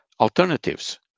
alternatives